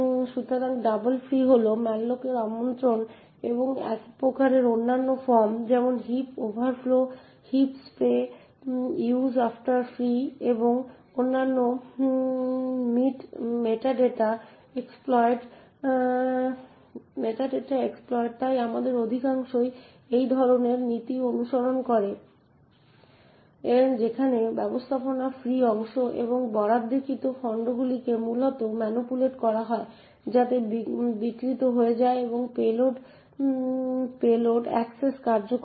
সুতরাং double free হল malloc এর আক্রমণের এক প্রকারের অন্যান্য ফর্ম যেমন heap overflow heap spray use after free এবং অন্যান্য মিট মেটাডেটা এক্সপ্লয়েট তাই তাদের অধিকাংশই একই ধরণের নীতি অনুসরণ করে সেখানে ব্যবস্থাপনা ফ্রি অংশ এবং বরাদ্দকৃত খণ্ডগুলিকে মূলত ম্যানিপুলেট করা হয় যাতে বিকৃত হয়ে যায় এবং পেলোড এক্সেস কার্যকর হয়